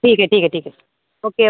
ठीक है ठीक है ठीक है ओके ओ